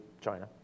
China